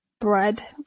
Bread